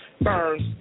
Burns